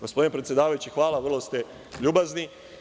Gospodine predsedavajući, hvala, vrlo ste ljubazni.